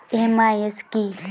MIS কি?